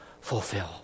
fulfill